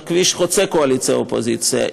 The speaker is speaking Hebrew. בכביש חוצה קואליציה אופוזיציה,